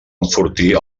enfortir